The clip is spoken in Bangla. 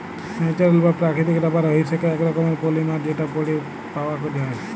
ন্যাচারাল বা প্রাকৃতিক রাবার হইসেক এক রকমের পলিমার যেটা পেড় পাওয়াক যায়